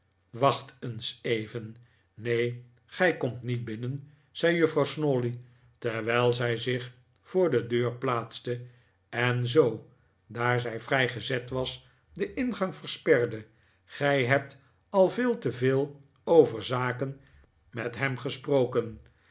wacht eens even neen gij komt niet binnen zei juffrouw snawley terwijl zij zich voor de deur plaatste en zoo daar zij vrij gezet was den ingang versperde gij hebt al veel te veel over zaken met hem gesproken